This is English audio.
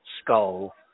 skull